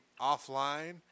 offline